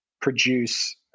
produce